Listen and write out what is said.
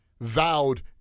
vowed